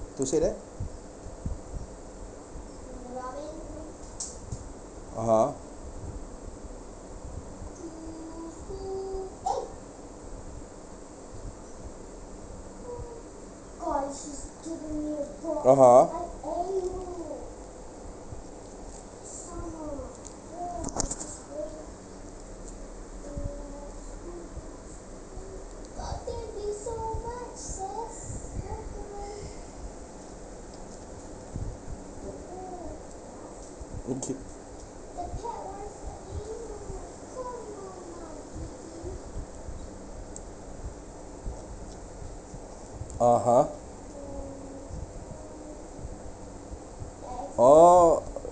to say that (uh huh) (uh huh) okay (uh huh) orh